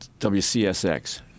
WCSX